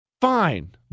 Fine